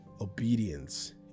obedience